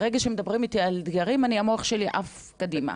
וברגע שמדברים איתי על אתגרים המוח שלי עף קדימה,